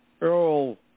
Earl